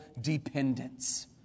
dependence